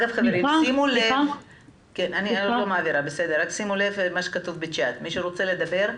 שימו לב למה שכתוב בצ'ט: מי שרוצה לדבר,